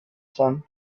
sun